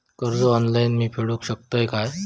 कर्ज ऑनलाइन मी फेडूक शकतय काय?